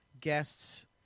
guests –